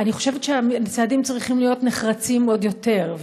חושבת שהצעדים צריכים להיות נחרצים עוד יותר,